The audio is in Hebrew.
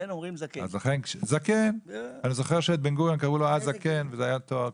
אני זוכר שלבן גוריון קראו ׳הזקן׳ וזה היה תואר כבוד.